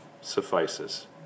suffices